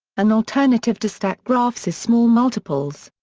an alternative to stacked graphs is small multiples.